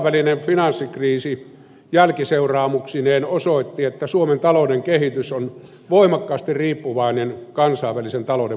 kansainvälinen finanssikriisi jälkiseuraamuksineen osoitti että suomen talouden kehitys on voimakkaasti riippuvainen kansainvälisen talouden muutoksista